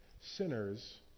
sinners